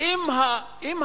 יש